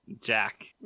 Jack